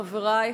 חברי,